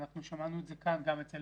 שמענו את זה כאן, גם אצל